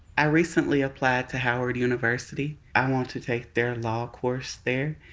i recently applied to howard university. i want to take their law course there,